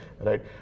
right